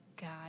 god